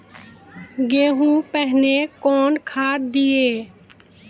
गेहूँ पहने कौन खाद दिए?